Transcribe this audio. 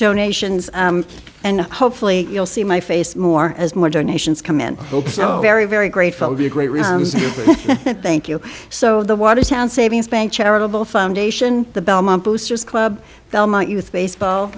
donations and hopefully you'll see my face more as more donations come in very very grateful would be a great thank you so the watertown savings bank charitable foundation the belmont boosters club belmont youth baseball